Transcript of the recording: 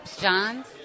Johns